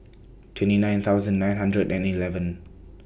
twenty nine thousand nine hundred and eleven